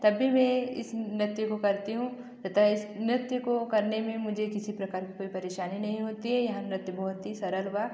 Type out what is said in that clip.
तब भी में इस नृत्य को करती हूँ तथा इस नृत्य को करने में मुझे किसी प्रकार कोई परेशानी नहीं होती है यह नृत्य बहुत ही सरल वा